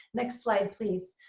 next slide please.